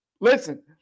listen